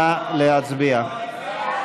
נא להצביע.